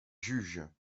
juges